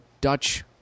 Dutch